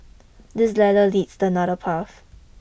this ladder leads to another path